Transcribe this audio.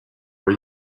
are